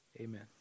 amen